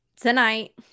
tonight